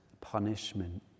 punishment